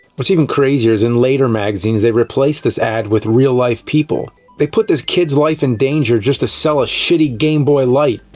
what's even crazier, is in later magazines, they replace this ad with real-life people. they put this kid's life in danger, just to sell a shitty game boy light.